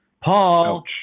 Paul